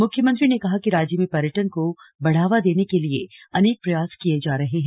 मुख्यमंत्री ने कहा कि राज्य में पर्यटन को बढ़ावा देने के लिए अनेक प्रयास किये जा रहे हैं